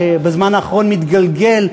שבזמן האחרון מתגלגל,